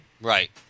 Right